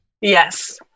Yes